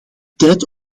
tijd